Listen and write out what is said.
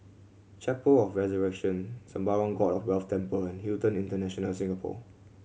Chapel of Resurrection Sembawang God of Wealth Temple and Hilton International Singapore